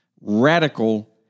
radical